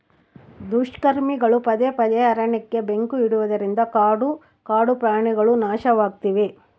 ದುಷ್ಕರ್ಮಿಗಳು ಪದೇ ಪದೇ ಅರಣ್ಯಕ್ಕೆ ಬೆಂಕಿ ಇಡುವುದರಿಂದ ಕಾಡು ಕಾಡುಪ್ರಾಣಿಗುಳು ನಾಶವಾಗ್ತಿವೆ